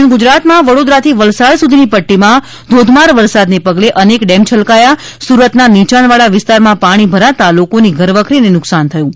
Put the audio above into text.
દક્ષિણ ગુજરાતમાં વડોદરાથી વલસાડ સુધીની પટ્ટીમાં ધોધમાર વરસાદને પગલે અનેક ડેમ છલકાયાં છે તો સુરતના નીચાણવાળા વિસ્તારમાં પાણી ભરાતા લોકોની ઘરવખરીને ખૂબ નુકસાન થયું છે